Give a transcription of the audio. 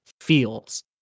feels